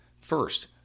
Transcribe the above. First